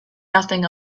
nothing